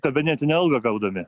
kabinetinę algą gaudami